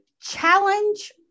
challenge